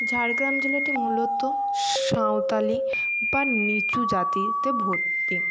ঝাড়গ্রাম জেলাটি মূলত সাঁওতালি বা নীচু জাতিতে ভর্তি